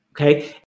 okay